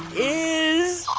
is